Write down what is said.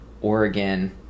Oregon